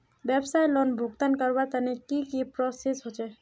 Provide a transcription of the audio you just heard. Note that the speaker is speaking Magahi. व्यवसाय लोन भुगतान करवार तने की की प्रोसेस होचे?